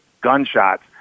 gunshots